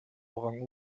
orang